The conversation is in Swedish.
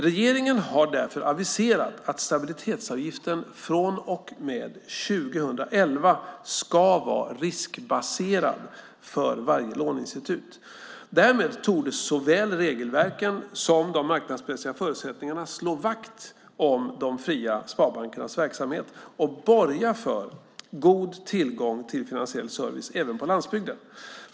Regeringen har därför aviserat att stabilitetsavgiften från och med 2011 ska vara riskbaserad för varje låneinstitut. Därmed torde såväl regelverken som de marknadsmässiga förutsättningarna slå vakt om de fria sparbankernas verksamheter och borga för god tillgång till finansiell service även på landsbygden.